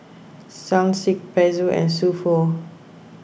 Sunsilk Pezzo and So Pho